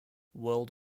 world